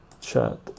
chat